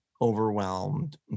overwhelmed